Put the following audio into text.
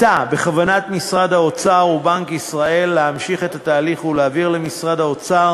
ועתה בכוונת משרד האוצר ובנק ישראל להמשיך את התהליך ולהעביר למשרד האוצר